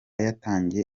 yatangiye